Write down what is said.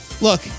Look